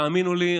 תאמינו לי,